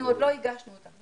עוד לא הגשנו אותה.